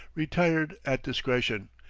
retired at discretion,